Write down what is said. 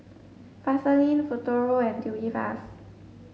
Vaselin Futuro and Tubifast